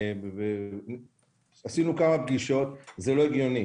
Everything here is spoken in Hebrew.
זה לא הגיוני,